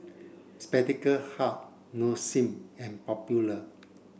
Spectacle Hut Nong Shim and Popular